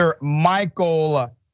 Michael